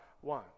one